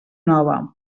nova